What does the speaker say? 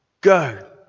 go